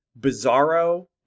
bizarro